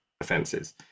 offences